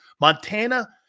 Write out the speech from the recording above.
Montana